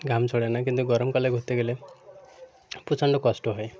ঘাম ঝরে না কিন্তু গরমকালে ঘুরতে গেলে প্রচণ্ড কষ্ট হয়